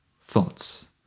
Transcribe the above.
thoughts